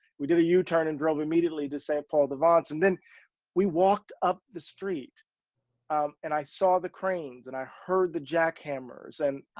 we did a u turn and drove immediately to saint-paul de vence, and then we walked up the street um and i saw the cranes and i heard the jackhammers and,